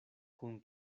kun